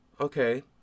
okay